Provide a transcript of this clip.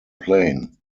plane